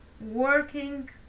working